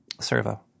Servo